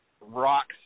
rocks